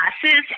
classes